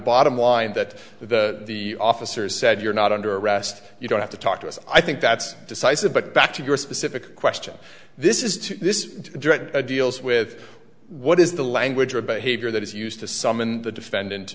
bottom line that the officers said you're not under arrest you don't have to talk to us i think that's decisive but back to your specific question this is to this drug deals with what is the language or behavior that is used to summon the defendant